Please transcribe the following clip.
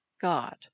God